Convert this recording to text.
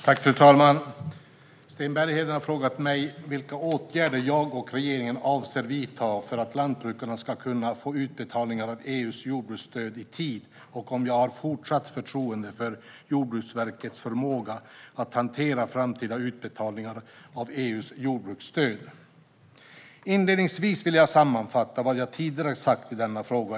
Fru talman! Sten Bergheden har frågat mig vilka åtgärder jag och regeringen avser att vidta för att lantbrukarna ska kunna få utbetalningar av EU:s jordbruksstöd i tid och om jag har fortsatt förtroende för Jordbruksverkets förmåga att hantera framtida utbetalningar av EU:s jordbruksstöd. Inledningsvis vill jag sammanfatta vad jag tidigare sagt i denna fråga.